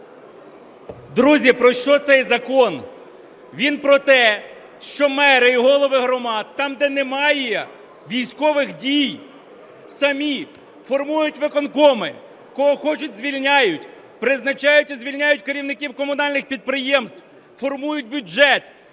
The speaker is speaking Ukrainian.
Друзі, про що цей закон? Він про те, що мери і голови громад там, де немає військових дій, самі формують виконкоми, кого хочуть, звільняють, призначають і звільняють керівників комунальних підприємств, формують бюджет.